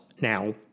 now